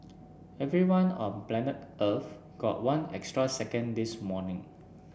everyone on planet Earth got one extra second this morning